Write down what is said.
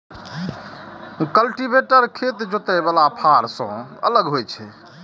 cultivator खेत जोतय बला फाड़ सं अलग होइ छै